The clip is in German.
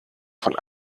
von